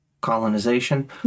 colonization